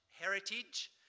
heritage